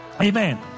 amen